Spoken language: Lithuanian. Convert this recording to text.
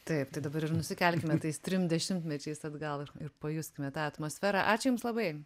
taip tai dabar ir nusikelkime tais trim dešimtmečiais atgal ir ir pajuskime tą atmosferą ačiū jums labai